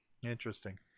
Interesting